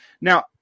now